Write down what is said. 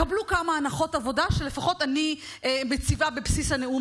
קבלו כמה הנחות עבודה שלפחות אני מציבה בבסיס הנאום